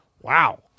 Wow